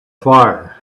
fire